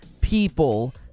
people